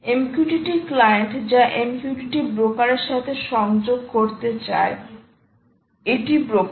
MQTT client যা MQTT ব্রোকারের সাথে সংযোগ করতে চায় এটি ব্রোকার